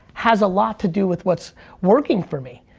has a lot to do with what's working for me.